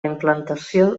implantació